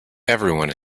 everyone